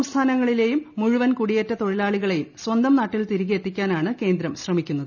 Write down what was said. സംസ്ഥാനങ്ങളിലേയും മുഴുവൻ കൂടിയേറ്റ എല്ലാ തൊഴിലാളികളെയും സ്വന്തം നാട്ടിൽ തിരികെ എത്തിക്കാനാണ് കേന്ദ്രം ശ്രമിക്കുന്നത്